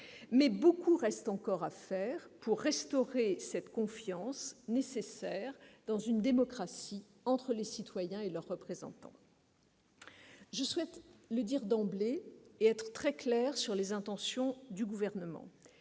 beaucoup reste encore à faire pour restaurer cette confiance, nécessaire dans une démocratie, entre les citoyens et leurs représentants. Je souhaite le dire d'emblée et être très claire sur les intentions du Gouvernement